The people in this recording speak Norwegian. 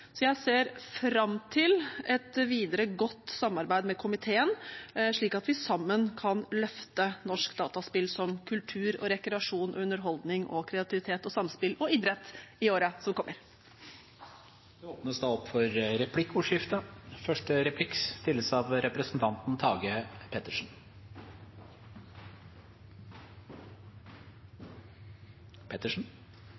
Jeg ser fram til et videre, godt samarbeid med komiteen, slik at vi sammen kan løfte norsk dataspill som kultur, rekreasjon, underholdning, kreativitet, samspill og idrett i årene som kommer. Det